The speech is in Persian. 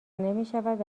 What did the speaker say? نمیشود